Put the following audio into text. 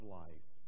life